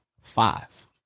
Five